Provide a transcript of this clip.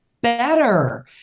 better